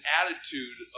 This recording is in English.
attitude